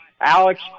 Alex